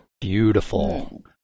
Beautiful